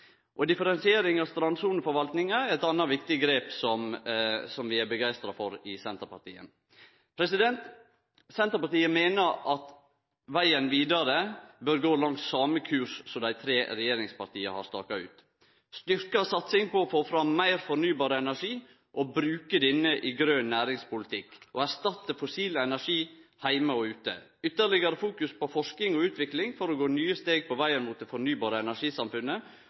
nye. Differensieringa i strandsoneforvaltninga er eit anna viktig grep som vi er begeistra for i Senterpartiet. Senterpartiet meiner at vegen vidare bør går langs same kurs som dei tre regjeringspartia har staka ut: Styrkt satsing på å få fram meir fornybar energi, bruke denne til grøn næringspolitikk, erstatte fossil energi heime og ute, ytterlegare fokus på forsking og utvikling for å gå nye steg på vegen mot det fornybare energisamfunnet,